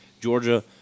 Georgia